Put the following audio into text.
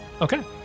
Okay